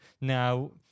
Now